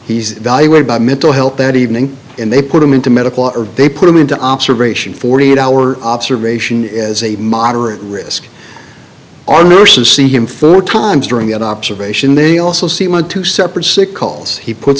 he's evaluated by mental health that evening and they put him into medical or they put him into observation forty eight hour observation as a moderate risk are nurses see him full time during an observation they also see him on two separate sick calls he puts